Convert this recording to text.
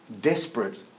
Desperate